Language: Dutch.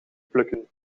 plukken